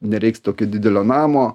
nereiks tokio didelio namo